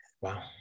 Wow